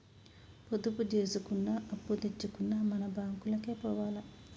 పొదుపు జేసుకున్నా, అప్పుదెచ్చుకున్నా మన బాంకులకే పోవాల